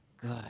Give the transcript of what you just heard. good